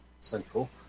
Central